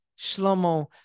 Shlomo